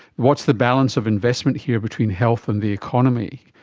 what's the balance of investment here between health and the economy?